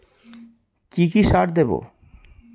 কি কি সার দেবো?